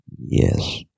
Yes